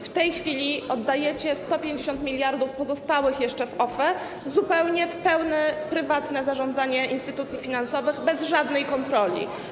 W tej chwili oddajecie 150 mld pozostałych jeszcze w OFE w zupełnie pełne prywatne zarządzanie instytucji finansowych bez żadnej kontroli.